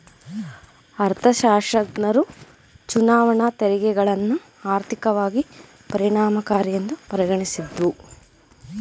ಅರ್ಥಶಾಸ್ತ್ರಜ್ಞರು ಚುನಾವಣಾ ತೆರಿಗೆಗಳನ್ನ ಆರ್ಥಿಕವಾಗಿ ಪರಿಣಾಮಕಾರಿಯೆಂದು ಪರಿಗಣಿಸಿದ್ದ್ರು